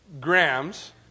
grams